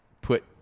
put